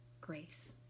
grace